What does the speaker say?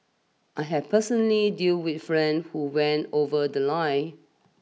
I have personally dealt with friends who went over the line